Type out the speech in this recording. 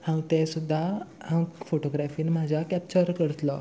हांव ते सुद्दां हांव फोटोग्राफीन म्हाज्या कॅप्चर करतलो